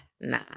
nah